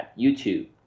YouTube